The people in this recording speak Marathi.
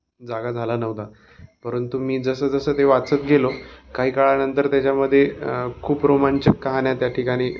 जागा झाला नव्हता परंतु मी जसंजसं ते वाचत गेलो काही काळानंतर त्याच्यामध्ये खूप रोमांचक कहाण्या त्या ठिकाणी